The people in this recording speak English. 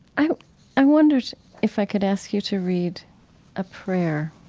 i i wondered if i could ask you to read a prayer.